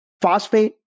phosphate